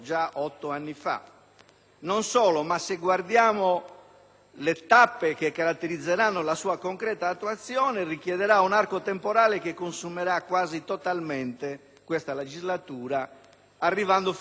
anni fa. Inoltre, le tappe che caratterizzeranno la sua concreta attuazione richiederanno un arco temporale che consumerà quasi totalmente questa legislatura, arrivando fino al 2013.